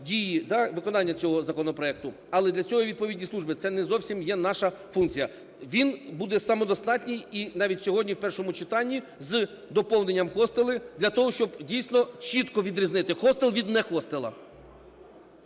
дії, виконання цього законопроекту. Але для цього є відповідні служби, це не зовсім є наша функція. Він буде самодостатній і навіть сьогодні в першому читанні з доповненням "хостели" для того, щоб дійсно чітко відрізнити хостел від нехостела.